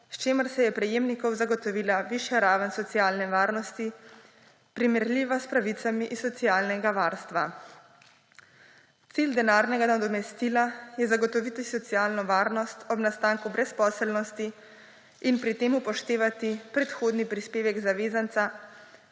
s čimer se je prejemnikom zagotovila višja raven socialne varnosti, primerljiva s pravicami iz socialnega varstva. Cilj denarnega nadomestila je zagotoviti socialno varnost ob nastanku brezposelnosti in pri tem upoštevati predhodni prispevek zavezanca,